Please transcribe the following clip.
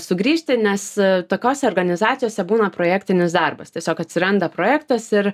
sugrįžti nes tokiose organizacijose būna projektinis darbas tiesiog atsiranda projektas ir